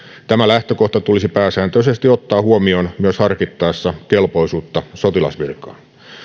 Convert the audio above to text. tämä lähtökohta tulisi pääsääntöisesti ottaa huomioon myös harkittaessa kelpoisuutta sotilasvirkaan